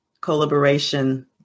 collaboration